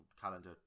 calendar